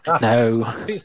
no